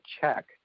check